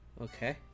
Okay